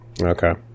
Okay